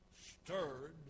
stirred